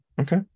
Okay